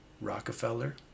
Rockefeller